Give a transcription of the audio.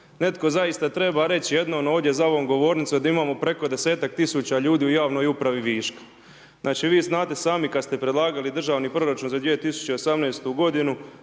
Netko zaista treba reći jednom ovdje za ovom govornicom da imamo preko desetak tisuća ljudi u javnoj upravi viška. Vi znate sami kada ste predlagali državni proračun za 2018. g.